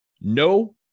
no